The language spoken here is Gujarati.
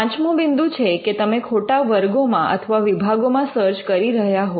પાંચમો બિંદુ છે કે તમે ખોટા વર્ગોમાં અથવા વિભાગોમાં સર્ચ કરી રહ્યા હોવ